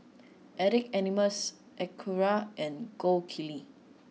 Addicts Anonymous Acura and Gold Kili